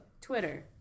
Twitter